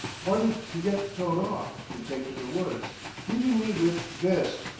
wanted to get thrown off and take to the woods leaving me with this!